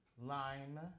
Lime